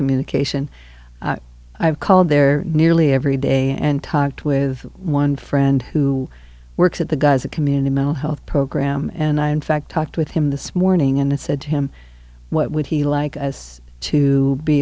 communication i have called there nearly every day and talked with one friend who works at the gaza community mental health program and i in fact talked with him this morning and said to him what would he like us to be